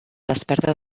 desperta